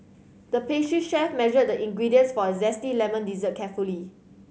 the pastry chef measured the ingredients for a zesty lemon dessert carefully